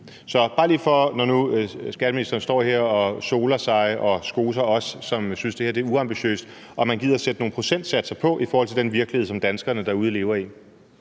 er steget? Så når nu skatteministeren står her og soler sig i det og skoser os, som synes, at det her er uambitiøst, vil jeg bare lige høre, om man gider sætte nogle procentsatser på i forhold til den virkelighed, som danskerne derude lever i.